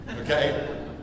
Okay